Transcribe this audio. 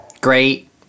Great